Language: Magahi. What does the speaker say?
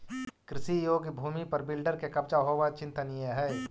कृषियोग्य भूमि पर बिल्डर के कब्जा होवऽ चिंतनीय हई